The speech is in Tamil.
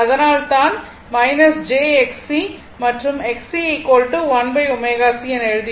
அதனால் தான் jXC மற்றும் XC1ω C என எழுதுகிறோம்